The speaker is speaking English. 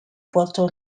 puerto